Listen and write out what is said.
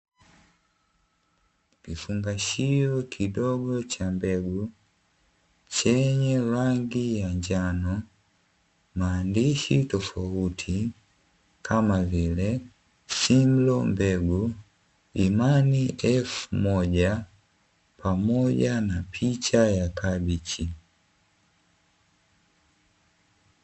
Kifungashio kidogo cha mbegu, chenye rangi ya njano, maandishi tofauti kama vile: simlo mbegu, imani elfu moja pamoja na picha ya kabichi.